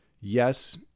yes